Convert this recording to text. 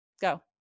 Go